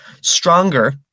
stronger